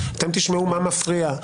שתשמעו מה מפריע,